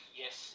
yes